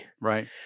right